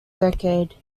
decade